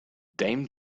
dame